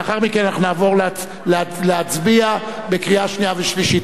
ולאחר מכן אנחנו נעבור להצביע על החוק בקריאה שנייה ושלישית.